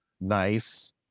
nice